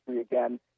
again